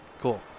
Cool